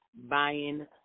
buying